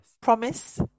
Promise